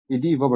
ఇది ఇవ్వబడినది